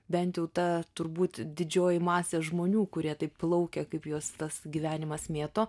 bent jau ta turbūt didžioji masė žmonių kurie taip plaukia kaip juos tas gyvenimas mėto